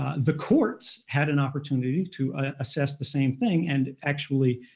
the courts had an opportunity to assess the same thing, and actually